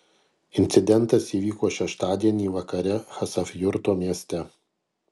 incidentas įvyko šeštadienį vakare chasavjurto mieste